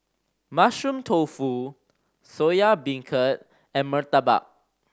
Mushroom Tofu Soya Beancurd and murtabak